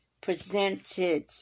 presented